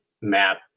map